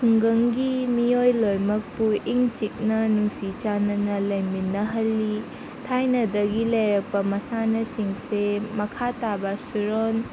ꯈꯨꯡꯒꯪꯒꯤ ꯃꯤꯑꯣꯏ ꯂꯣꯏꯃꯛꯄꯨ ꯏꯪ ꯆꯤꯛꯅ ꯅꯨꯡꯁꯤ ꯆꯥꯟꯅꯅ ꯂꯩꯃꯤꯟꯅꯍꯜꯂꯤ ꯊꯥꯏꯅꯗꯒꯤ ꯂꯩꯔꯛꯄ ꯃꯁꯥꯟꯅꯁꯤꯡꯁꯦ ꯃꯈꯥ ꯇꯥꯕ ꯁꯨꯔꯣꯜ